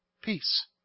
Peace